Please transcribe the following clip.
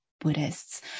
Buddhists